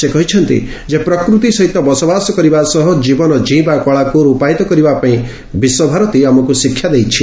ସେ କହିଛନ୍ତି ଯେ ପ୍ରକୃତି ସହିତ ବସବାସ କରିବା ସହ ଜୀବନ ଜୀଇଁବା କଳାକୁ ରୂପାୟିତ କରିବା ପାଇଁ ବିଶ୍ୱଭାରତୀ ଆମକୁ ଶିକ୍ଷା ଦେଇଛି